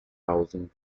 housing